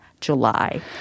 July